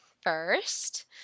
first